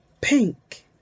Pink